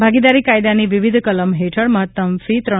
ભાગીદારી કાયદાની વિવિધ કલમ હેઠળ મહત્તમ ફી રૂા